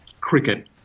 cricket